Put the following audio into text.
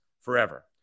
forever